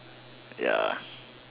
ya